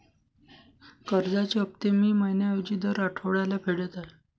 कर्जाचे हफ्ते मी महिन्या ऐवजी दर आठवड्याला फेडत आहे